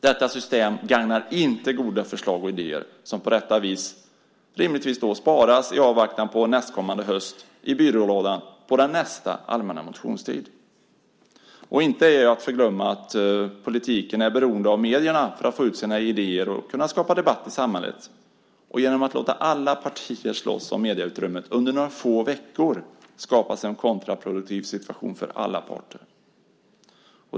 Detta system gagnar inte goda förslag och idéer, som på detta vis rimligtvis sparas i byrålådan i avvaktan på nästkommande höst och nästa allmänna motionstid. Inte att förglömma är att politiken är beroende av medierna för att kunna få ut sina idéer och kunna skapa debatt i samhället. Genom att låta alla partier slåss om medieutrymmet under några få veckor skapas en kontraproduktiv situation för alla parter.